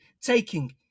taking